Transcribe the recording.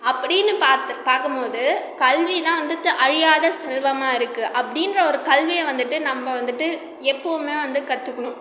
அப்படின்னு பார்க்கும்போது கல்வி தான் வந்துட்டு அழியாத செல்வமாகருக்கு அப்படின்ற ஒரு கல்வியை வந்துட்டு நம்ம வந்துட்டு எப்போதுமே வந்து கற்றுக்குணும்